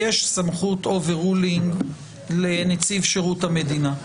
יש סמכות אובר רולינג לנציב שירות המדינה.